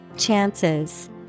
Chances